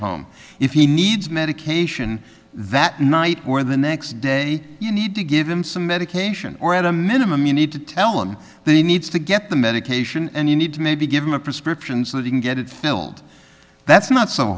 home if he needs medication that night or the next day you need to give him some medication or at a minimum you need to tell him that he needs to get the medication and you need to maybe give him a prescription so they can get it filled that's not so